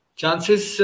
Chances